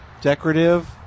decorative